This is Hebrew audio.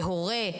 להורה,